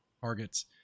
targets